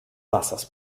wassers